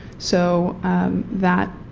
so that